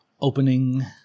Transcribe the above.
opening